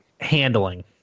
handling